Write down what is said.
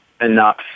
enough